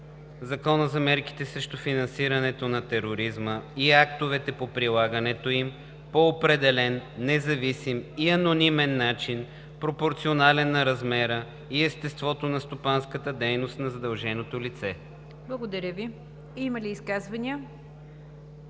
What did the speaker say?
Закона за мерките срещу финансирането на тероризма и актовете по прилагането им, по определен, независим и анонимен начин, пропорционален на размера и естеството на стопанската дейност на задълженото лице.“ ПРЕДСЕДАТЕЛ НИГЯР ДЖАФЕР: Има ли изказвания?